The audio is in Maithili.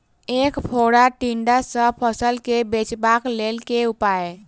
ऐंख फोड़ा टिड्डा सँ फसल केँ बचेबाक लेल केँ उपाय?